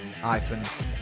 iPhone